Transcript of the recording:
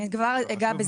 אני אגע בזה.